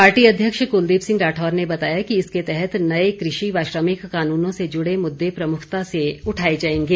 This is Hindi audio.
पार्टी अध्यक्ष कुलदीप सिंह राठौर ने बताया कि इसके तहत नए कृषि व श्रमिक कानूनों से जुड़े मुद्दे प्रमुखता से उठाए जाएंगे